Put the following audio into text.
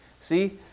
See